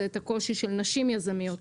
זה את הקושי של נשים יזמיות.